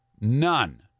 none